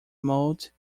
motte